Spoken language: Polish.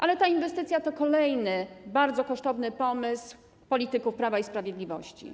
Ale ta inwestycja to kolejny bardzo kosztowny pomysł polityków Prawa i Sprawiedliwości.